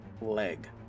leg